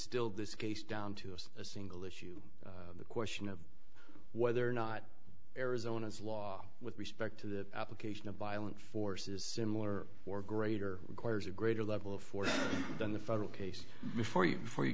distilled this case down to as a single issue the question of whether or not arizona's law with respect to the application of violent force is similar or greater requires a greater level of force than the federal case before you before you